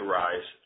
rise